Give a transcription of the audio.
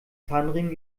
zahnriemen